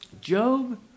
Job